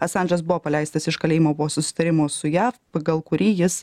asandžas buvo paleistas iš kalėjimo po susitarimo su jav pagal kurį jis